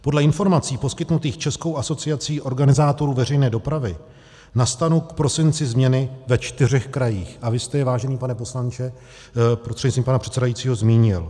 Podle informací poskytnutých Českou asociací organizátorů veřejné dopravy nastanou v prosinci změny ve čtyřech krajích, a vy jste je, vážený pane poslanče prostřednictvím pana předsedajícího, zmínil.